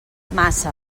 massa